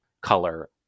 color